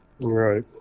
Right